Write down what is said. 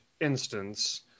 instance